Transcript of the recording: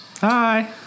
Hi